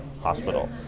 hospital